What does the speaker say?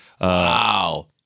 Wow